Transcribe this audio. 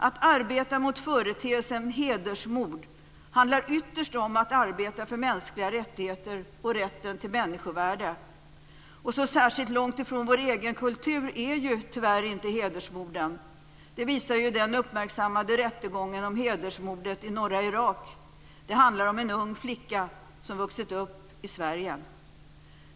Att arbeta mot företeelsen "hedersmord" handlar ytterst om att arbeta för mänskliga rättigheter och rätten till människovärde. Så särskilt långt från vår egen kultur är tyvärr inte heller "hedersmorden". Det visar den uppmärksammade rättegången om "hedersmordet" i norra Irak. Det handlade då om en ung flicka som vuxit upp i Sverige.